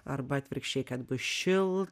arba atvirkščiai kad bus šil